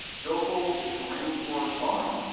yoco is a rainforest vine.